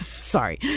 Sorry